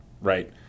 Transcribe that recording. right